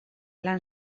lan